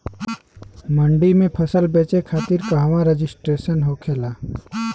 मंडी में फसल बेचे खातिर कहवा रजिस्ट्रेशन होखेला?